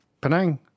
Penang